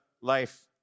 life